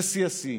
זה שיא השיאים.